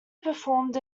performed